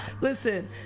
listen